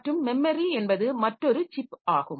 மற்றும் மெமரி என்பது மற்றொரு சிப் ஆகும்